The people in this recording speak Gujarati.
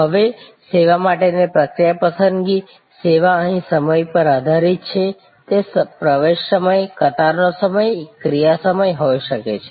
હવે સેવા માટેની પ્રક્રિયા પસંદગી સેવા અહીં સમય પર આધારિત છે તે પ્રવેશ સમય કતારનો સમય ક્રિયા સમય હોઈ શકે છે